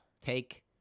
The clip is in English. Take –